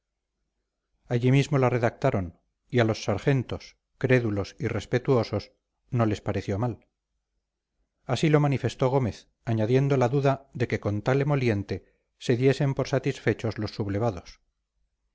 allí mismo la redactaron y a los sargentos crédulos y respetuosos no les pareció mal así lo manifestó gómez añadiendo la duda de que con tal emoliente se diesen por satisfechos los sublevados